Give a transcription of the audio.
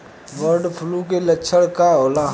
Bird flu के लक्षण का होला?